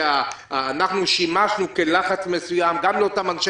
אנחנו שימשנו לחץ מסוים גם לאותם אנשי